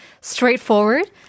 straightforward